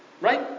Right